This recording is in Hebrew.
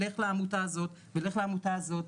לך לעמותה הזאת ולך לעמותה הזאת,